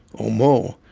or more,